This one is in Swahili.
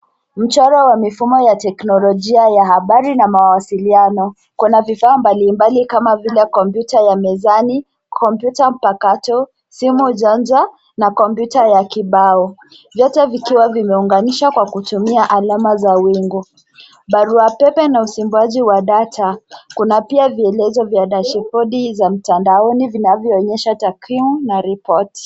Mchoro wa mifumo ya teknolojia ya habari na mawasiliano. Kuna vifaa mbalimbali kama vile kompyuta ya mezani, kompyuta mpakato, simu janja, na kompyuta ya kibao. Vyote vikiwa vimeunganishwa kwa kutumia alama za wingu. Barua pepe na usimbuaji wa data, kuna pia vielezo vya dashibodi za mtandaoni vinavyoonyesha takrimu na report .